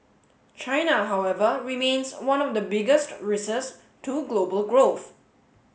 China however remains one of the biggest risks to global growth